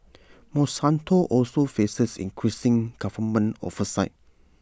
monsanto also faces increasing government oversight